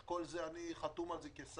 על כל זה אני חתום כשר